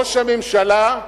ראש הממשלה,